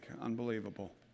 Unbelievable